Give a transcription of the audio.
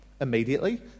Immediately